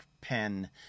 pen